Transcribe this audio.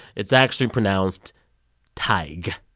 it's actually pronounced tadhg.